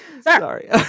Sorry